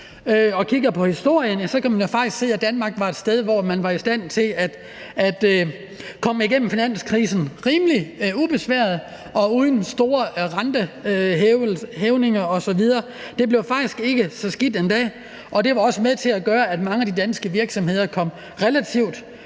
og kigger på historien, at man faktisk kan se, at Danmark var et sted, hvor man var i stand til at komme igennem finanskrisen rimelig ubesværet og uden store rentehævninger osv. Det blev faktisk ikke så skidt endda, og det var også med til at gøre, at mange af de danske virksomheder kom relativt